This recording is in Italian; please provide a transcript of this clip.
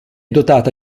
dotata